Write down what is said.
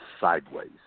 sideways